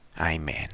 Amen